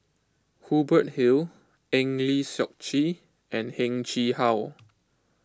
Hubert Hill Eng Lee Seok Chee and Heng Chee How